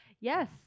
Yes